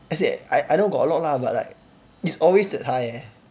as in I I know got a lot lah but like it's always that high eh